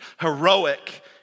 Heroic